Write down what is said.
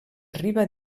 riba